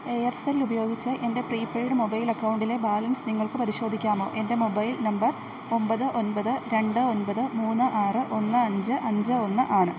Aircel ഉപയോഗിച്ച് എൻ്റെ prepaid mobile അക്കൗണ്ടിലെ ബാലൻസ് നിങ്ങൾക്ക് പരിശോധിക്കാമോ എൻ്റെ മൊബൈൽ നമ്പർ ഒമ്പത് ഒമ്പത് രണ്ട് ഒമ്പത് മൂന്ന് ആറ് ഒന്ന് അഞ്ച് അഞ്ച് ഒന്ന് ആണ്